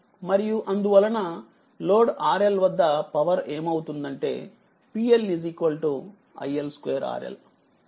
మరియుఅందువలన load RL వద్ద power ఏమవుతుందంటే PLiL2 RL